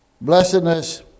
Blessedness